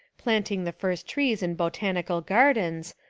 planting the first trees in botanical gardens,